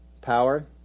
power